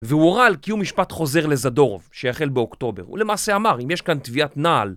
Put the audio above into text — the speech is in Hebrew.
והוא הורה על קיום משפט חוזר לזדורוב, שיחל באוקטובר. הוא למעשה אמר, אם יש כאן טביעת נעל...